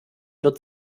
wird